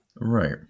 Right